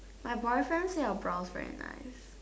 my boyfriend says your blouse very nice